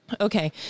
Okay